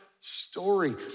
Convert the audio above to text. story